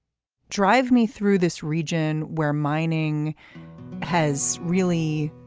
drive me through this region where mining has really